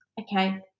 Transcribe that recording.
okay